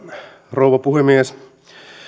rouva puhemies